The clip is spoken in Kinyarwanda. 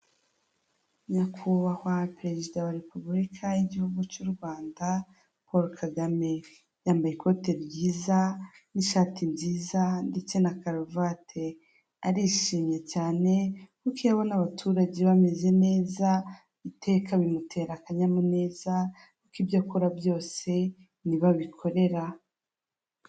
Nyakubahwa perezida wa repubulika y'igihugu cy'u Rwanda Paul Kagame yambaye ikote ryiza n'ishati byiza ndetse na karuvati, arishimye cyane kuko iyo abona abaturage bameze neza iteka bimutera akanyamuneza kuko ibyo akora byose nibo abikorera.